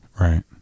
Right